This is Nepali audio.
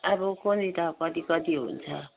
अब कोनि त कति कति हुन्छ